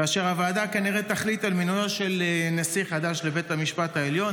כאשר הוועדה תחליט כנראה על מינויו של נשיא חדש לבית המשפט העליון.